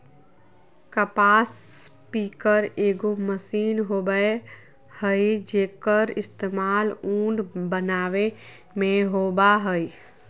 कपास पिकर एगो मशीन होबय हइ, जेक्कर इस्तेमाल उन बनावे में होबा हइ